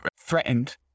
threatened